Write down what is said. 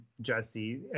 Jesse